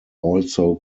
also